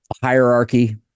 hierarchy